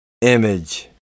image